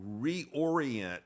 reorient